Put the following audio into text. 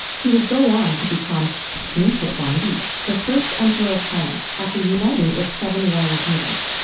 he would go on to become qin shi huangdi, the first emperor of china after uniting its seven warring kingdoms.